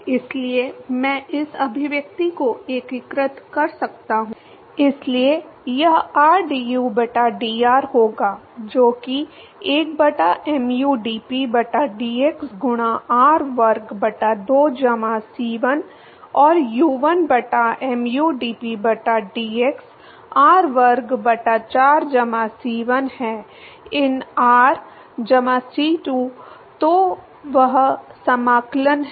इसलिए मैं इस अभिव्यक्ति को एकीकृत कर सकता हूं इसलिए यह rdu बटा dr होगा जो कि 1 बटा mu dp बटा dx गुणा r वर्ग बटा 2 जमा c1 और u 1 बटा mu dp बटा dx r वर्ग बटा 4 जमा c 1 है ln r जमा C2 तो वह समाकलन है